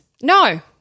No